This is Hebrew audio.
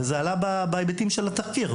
זה עלה בהיבטים של התחקיר.